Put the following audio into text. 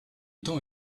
temps